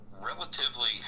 relatively